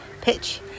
pitch